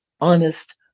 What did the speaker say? honest